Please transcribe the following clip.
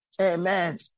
Amen